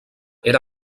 era